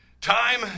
Time